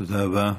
תודה רבה.